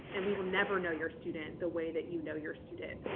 and we will never know your student the way that you know your student.